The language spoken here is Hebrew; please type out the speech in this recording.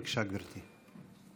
בבקשה, גברתי.